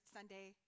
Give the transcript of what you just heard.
Sunday